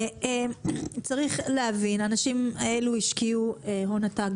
צריך להבין, האנשים האלו השקיעו הון עתק.